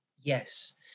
Yes